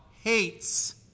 hates